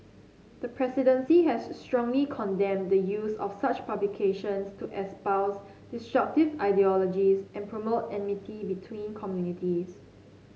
the presidency has strongly condemned the use of such publications to espouse destructive ideologies and promote enmity between communities